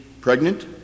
pregnant